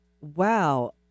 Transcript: Wow